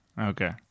Okay